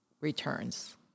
returns